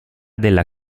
della